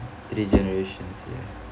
three generations ya